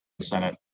senate